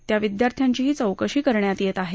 या विद्यार्थ्यांचीही चोकशी करण्यात येत आहे